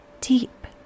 deep